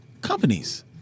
companies